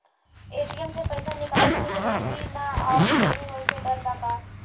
ATM से पईसा निकालल ठीक रही की ना और चोरी होये के डर बा का?